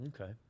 Okay